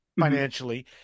financially